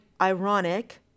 ironic